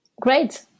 Great